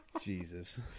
Jesus